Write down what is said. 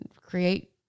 create